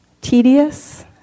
tedious